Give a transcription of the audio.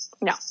no